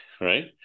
right